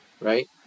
right